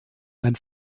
ein